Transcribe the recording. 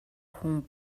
хүн